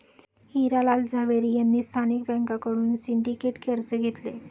हिरा लाल झवेरी यांनी स्थानिक बँकांकडून सिंडिकेट कर्ज घेतले